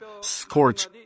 scorch